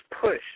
push